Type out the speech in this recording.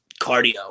cardio